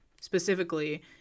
specifically